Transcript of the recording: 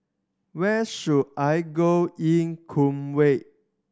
where should I go in Kuwait